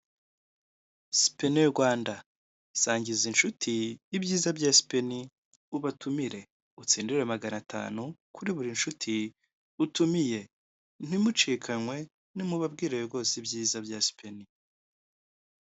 Spenn rwanda sangiza inshuti ibyiza bya spenn ubatumire utsindire magan’ atanu kuri buri nshuti utumiye. Ntimucikanwe! nimubabwirawe rwose ibyiza bya spenn